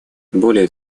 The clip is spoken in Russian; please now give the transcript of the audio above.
более